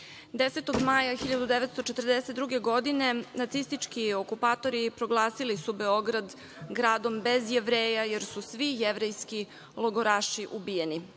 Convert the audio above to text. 10. maja 1942. godine nacistički okupatori proglasili su Beograd gradom bez Jevreja, jer su svi jevrejski logoraši ubijeni.